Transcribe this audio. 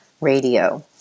radio